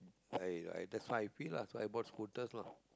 I I that's why I quit lah that's why I bought scooters lah